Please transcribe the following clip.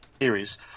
series